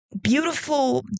beautiful